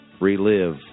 Relive